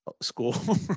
school